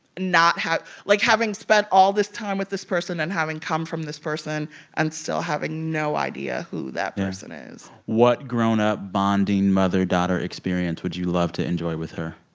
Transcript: not having like, having spent all this time with this person and having come from this person and still having no idea who that person is what grown-up bonding mother-daughter experience would you love to enjoy with her?